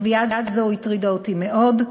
קביעה זו הטרידה אותי מאוד,